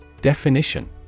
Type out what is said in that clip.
Definition